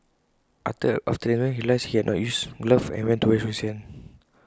after the examination he realised he had not used gloves and went to wash his hands